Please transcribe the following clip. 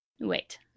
Wait